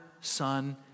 Son